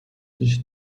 лишь